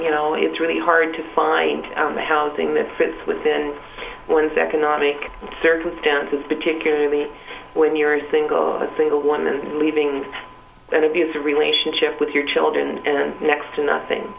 you know it's really hard to find out the housing that fits within one's economic circumstances particularly when you're a single a single woman leaving an abusive relationship with your children and next to nothing